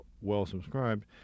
well-subscribed